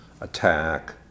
attack